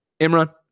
Imran